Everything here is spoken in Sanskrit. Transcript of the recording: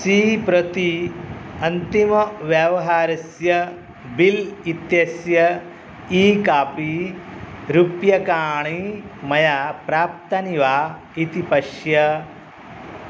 ज़ी प्रति अन्तिमव्यवहारस्य बिल् इत्यस्य ई कापी रूप्यकाणि मया प्राप्तानि वा इति पश्य